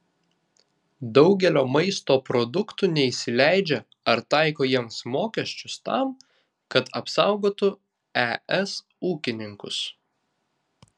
daugelio maisto produktų neįsileidžia ar taiko jiems mokesčius tam kad apsaugotų es ūkininkus